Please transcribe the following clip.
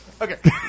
Okay